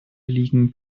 liegen